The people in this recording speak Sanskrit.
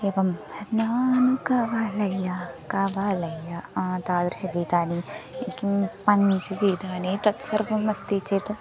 एवं नान् कावालय्य कावालय्य तादृशानि गीतानि किं पञ्च् गीतानि तत्सर्वम् अस्ति चेत्